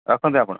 ରଖନ୍ତୁ ଆପଣ